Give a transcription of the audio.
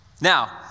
Now